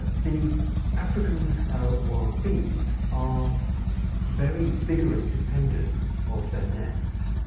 the african wild bees are very vigorous defenders of their nests.